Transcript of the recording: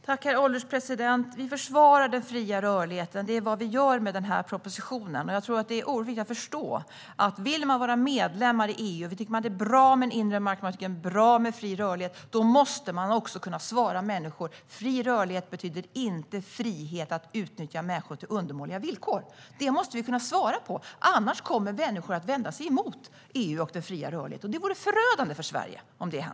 Herr ålderspresident! Med den här propositionen försvarar vi den fria rörligheten. Jag tror att det är oerhört viktigt att förstå att om man vill vara medlem i EU och om man tycker att det är bra med en inre marknad och med fri rörlighet måste man kunna svara folk att fri rörlighet inte betyder frihet att utnyttja människor till undermåliga villkor. Detta måste vi kunna svara, annars kommer människor att vända sig emot EU och den fria rörligheten, vilket vore förödande för Sverige.